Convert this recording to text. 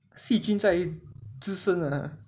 细菌在滋生 ah